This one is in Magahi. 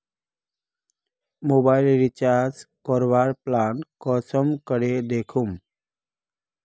मोबाईल रिचार्ज करवार प्लान कुंसम करे दखुम?